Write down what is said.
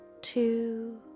two